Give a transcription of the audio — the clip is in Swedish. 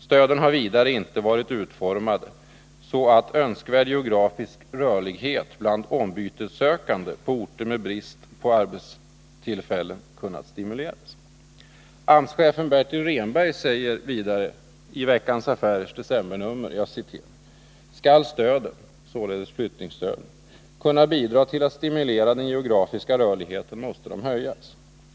Stöden har vidare inte varit utformade så att önskvärd geografisk rörlighet bland ombytessökande på orter med brist på arbetstillfällen kunnat stimuleras.” AMS-chefen Bertil Rehnberg säger följande i Veckans Affärers decembernummer: ”Skall stöden kunna bidra till att stimulera den geografiska rörligheten måste de höjas.